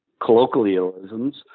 colloquialisms